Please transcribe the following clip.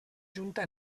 junta